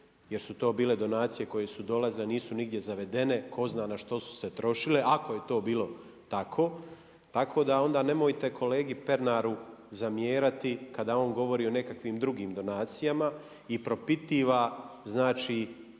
jer su to bile donacije koje su dolazile, a nisu nigdje zavedene, tko zna na što su se trošile ako je to bilo tako. Tako da onda nemojte kolegi Pernaru zamjerati kada on govori o nekakvim drugim donacijama i propitiva znači